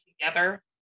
together